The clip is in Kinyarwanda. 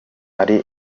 ari